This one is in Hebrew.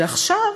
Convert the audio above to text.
ועכשיו,